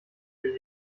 durch